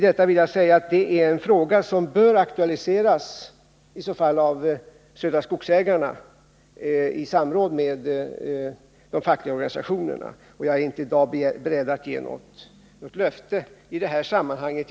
Detta är en fråga som bör aktualiseras av Södra Skogsägarna i samråd med de fackliga organisationerna. Jag är inte i dag beredd att ge något löfte på den punkten.